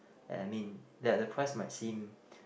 and I mean ya their price might seem